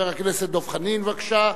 חבר הכנסת דב חנין, בבקשה.